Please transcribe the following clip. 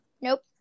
nope